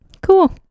cool